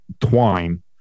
twine